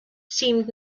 seemed